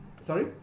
Sorry